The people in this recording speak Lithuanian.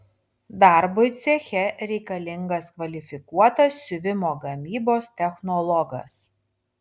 darbui ceche reikalingas kvalifikuotas siuvimo gamybos technologas